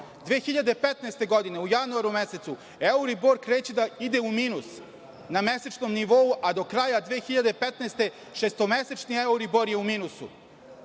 2015. u januaru mesecu euribor kreće da ide u minus na mesečnom nivou, a do kraja 2015. šestomesečni euribor je u minusu.